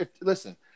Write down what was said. listen